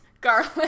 garlic